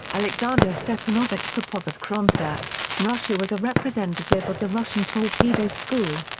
alexander stepanovich popov of kronstadt, russia was a representative of the russian torpedo school.